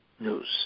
news